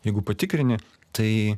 jeigu patikrini tai